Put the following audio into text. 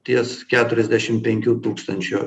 ties keturiasdešim penkių tūkstančių